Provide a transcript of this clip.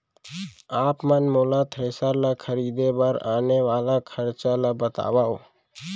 आप मन मोला थ्रेसर ल खरीदे बर आने वाला खरचा ल बतावव?